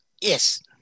yes